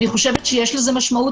אני חושבת שיש לזה משמעות.